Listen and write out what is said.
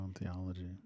theology